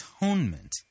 atonement